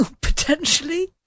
potentially